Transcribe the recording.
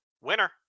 Winner